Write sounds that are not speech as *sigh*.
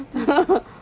*laughs*